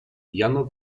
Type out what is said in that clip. jano